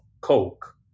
Coke